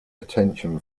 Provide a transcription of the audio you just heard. attention